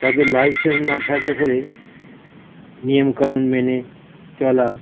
তাদের লাইসেন্স না থাকলে পরে নিয়মকানুন মেনে চলা